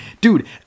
dude